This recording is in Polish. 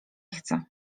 chcę